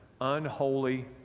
unholy